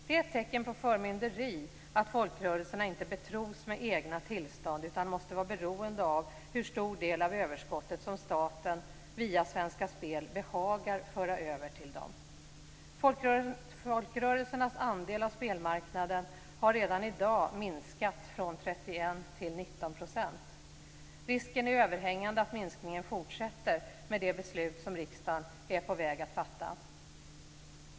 Det är ett tecken på förmynderi att folkrörelserna inte betros med egna tillstånd utan måste vara beroende av hur stor del av överskottet som staten via Svenska Spel behagar föra över till dem. Folkrörelsernas andel av spelmarknaden har redan i dag minskat från 31 till 19 %. Risken är överhängande att minskningen fortsätter med det beslut som riksdagen är på väg att fatta.